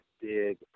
big